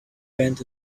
bend